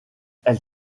elle